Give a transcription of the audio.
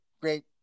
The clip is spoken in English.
great